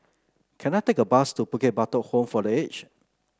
can I take a bus to Bukit Batok Home for The Aged